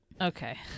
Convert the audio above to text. Okay